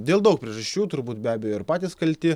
dėl daug priežasčių turbūt be abejo ir patys kalti